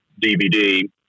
DVD